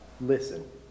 listen